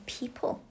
people